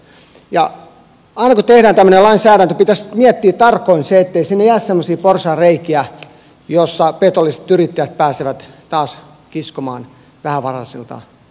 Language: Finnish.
aina kun tehdään tämmöinen lainsäädäntö pitäisi miettiä tarkoin se ettei sinne jää semmoisia porsaanreikiä joissa petolliset yrittäjät pääsevät taas kiskomaan vähävaraisilta voittoa